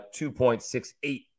2.68